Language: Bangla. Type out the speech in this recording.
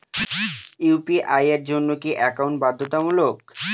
ইউ.পি.আই এর জন্য কি একাউন্ট বাধ্যতামূলক?